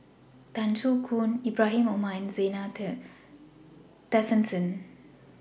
Tan Soo Khoon Ibrahim Omar and Zena Tessensohn